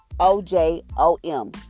O-J-O-M